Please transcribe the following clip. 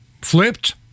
flipped